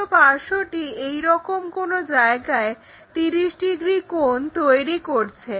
ছোট পার্শ্বটি এইরকম কোনো জায়গায় 30 ডিগ্রি কোণ তৈরি করছে